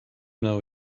know